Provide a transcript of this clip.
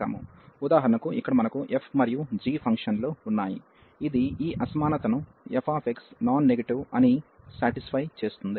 ఉదాహరణకు ఇక్కడ మనకు f మరియు g ఫంక్షన్ లు ఉన్నాయి ఇది ఈ అసమానతను fx నాన్ నెగటివ్ అని సంతుష్టి చేస్తుంది